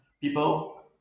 people